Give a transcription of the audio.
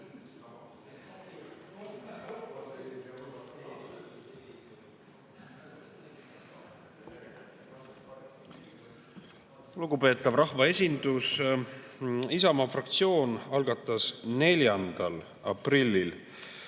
Lugupeetav rahvaesindus! Isamaa fraktsioon algatas 4. aprillil